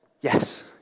yes